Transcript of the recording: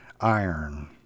iron